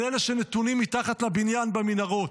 על אלה שנתונים מתחת לבניין במנהרות,